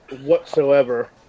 whatsoever